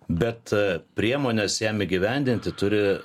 bet priemonės jam įgyvendinti turi